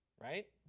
right?